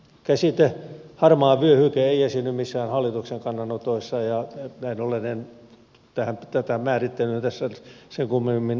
käsite harmaa vyöhyke ei esiinny missään hallituksen kannanotoissa ja näin ollen en tähän määrittelyyn tässä sen kummemmin lähde